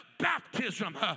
baptism